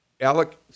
Alec